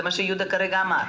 זה מה שיהודה כרגע אמר.